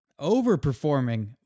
Overperforming